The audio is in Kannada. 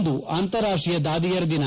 ಇಂದು ಅಂತಾರಾಷ್ಷೀಯ ದಾದಿಯರ ದಿನ